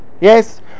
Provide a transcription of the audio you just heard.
yes